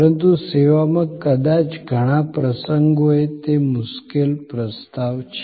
પરંતુ સેવામાં કદાચ ઘણા પ્રસંગોએ તે મુશ્કેલ પ્રસ્તાવ છે